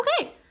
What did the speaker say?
okay